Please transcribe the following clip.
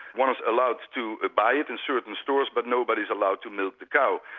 one is allowed to buy it in certain stores but nobody's allowed to milk the cow.